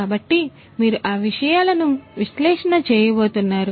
కాబట్టి మీరు ఆ విషయాలను విశ్లేషణ చేయబోతున్నారు